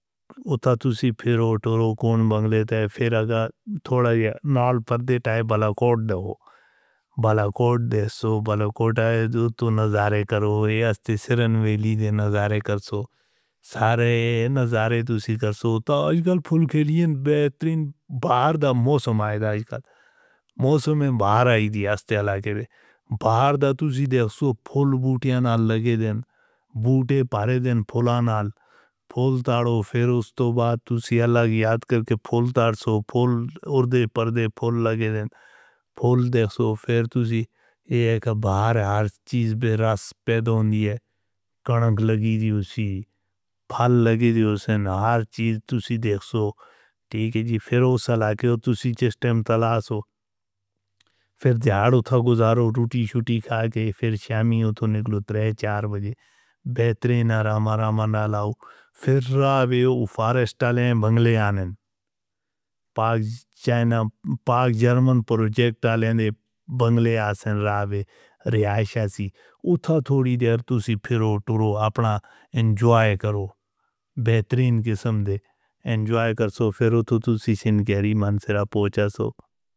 تھو تسی پھر اوٹو رو کون بنگلے تے پھیرہ گا تھوڑا نال پردے ٹائپ والا کوٹ دو۔ کوٹ دے سو، پردے کوٹ آیا تو نظارے کرو۔ یہ اس دی سرن ویلی دے نظارے کرو۔ سارے نظارے تسی کرو۔ تو آج کل پھول کھلی ہیں بہترین باہر دا موسم آئے دا آج کل۔ موسم باہر آئی دی ہے اس تے ساتھے۔ باہر دا تسی دے سو پھول بوٹیاں نال لگے دن۔ بوٹے پاری دن پھولان نال۔ پھول تاروں پھر اس تو بعد تسی آلاگ یاد کر کے پھول تار سو پھول اردے پردے پھول لگے دن۔ پھول دیکھ سو پھر تسی یہ کہ باہر ہے ہر چیز بے رسپید ہونی ہے۔ کنک لگی دی ہو سی پھل لگی دی ہو سن۔ ہر چیز تسی دیکھ سو۔ ٹھیک ہے جی پھر اس علاقے ہو تسی جس ٹائم تلاش ہو۔ پھر دیاڑ اتھا گزارو روٹی شٹی کھا کے پھر شامی اتھو نکلو۔ تریہ چار بجے بہترین آرام آرام نال آؤ۔ پھر راویو فاریسٹ آلیں بنگلے آندھیں۔ پاک جرمن پروجیکٹ آلیں دے بنگلے آسن راوی رہائشہ سی۔ اتھا تھوڑی دیر تسی پھرو ٹرو اپنا انجواۓ کرو۔ بہترین قسم دے انجوا۩ کرو۔ پھر اتھو تسی سین کہری منسرا پہنچا سو.